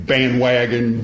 Bandwagon